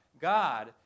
God